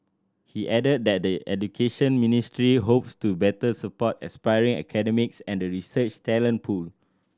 he added that the Education Ministry hopes to better support aspiring academics and the research talent pool